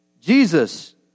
Jesus